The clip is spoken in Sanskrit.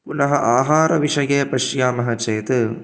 पुनः आहारविषये पश्यामः चेत्